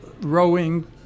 rowing